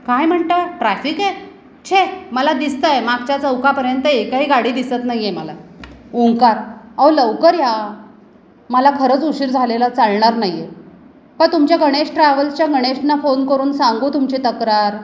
काय म्हणता ट्रॅफिक आहे छे मला दिसत आहे मागच्या चौकापर्यंत एकही गाडी दिसत नाही आहे मला ओंकार अहो लवकर या मला खरंच उशीर झालेला चालणार नाही आहे का तुमच्या गणेश ट्रॅव्हल्सच्या गणेशना फोन करून सांगू तुमची तक्रार